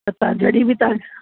असां जॾहिं बि तव्हां